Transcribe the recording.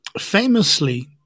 famously